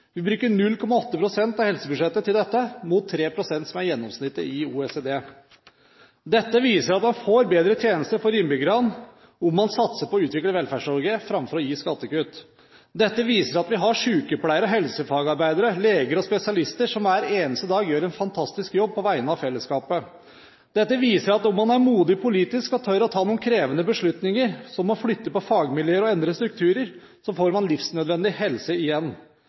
Vi bruker 0,8 pst. av helsebudsjettet på dette, mot 3 pst., som er gjennomsnittet i OECD. Dette viser at man får bedre tjenester for innbyggerne om man satser på å utvikle Velferds-Norge framfor å gi skattekutt. Dette viser at vi har sykepleiere og helsefagarbeidere, leger og spesialister, som hver eneste dag gjør en fantastisk jobb på vegne av fellesskapet. Dette viser at om man er modig politisk og tør å ta noen krevende beslutninger, som å flytte på fagmiljøer og endre strukturer, så får man livsnødvendig helse igjen.